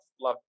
love